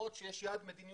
למרות שיש יעד של